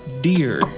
dear